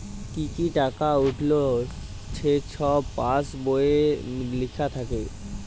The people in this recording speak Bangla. কি কি টাকা উইঠল ছেগুলা ছব পাস্ বইলে লিখ্যা থ্যাকে